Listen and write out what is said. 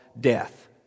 Death